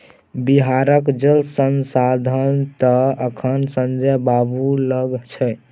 बिहारक जल संसाधन तए अखन संजय बाबू लग छै